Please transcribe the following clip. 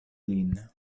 lin